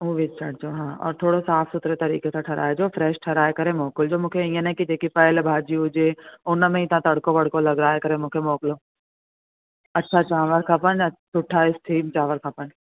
उहो विझी छॾिजो हा और थोरो साफ़ सुथिरे तरीक़े सां ठाहिराइजो फ्रैश ठाहिराए करे मोकिलिजो मूंखे हीअं न की जेकी पयल भाॼी हुजे उन में ई तव्हां तड़िको वड़िको लॻाए करे मूंखे मोकिलियो अछा चांवर खपनि सुठा स्टीम चांवर खपनि